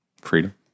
Freedom